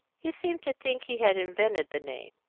he seemed to think he had invented the name.